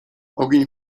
ogień